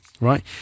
right